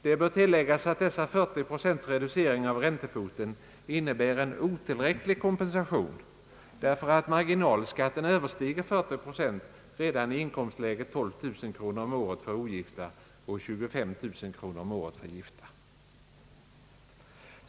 Det bör tilläggas att denna reducering med 40 procent av räntefoten innebär en otillräcklig kompensation, därför att marginalskatten överstiger 40 procent redan i inkomstläget 12 000 kronor om året för ogifta och 25 000 kronor om året för gifta.